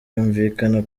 yumvikana